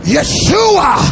Yeshua